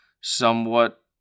somewhat